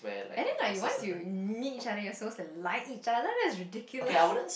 and then like once you need something you're supposed to like each other that's ridiculous